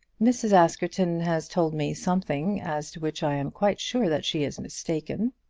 mrs. askerton has told me something as to which i am quite sure that she is mistaken.